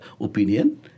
opinion